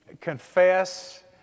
confess